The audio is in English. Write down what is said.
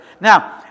Now